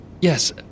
yes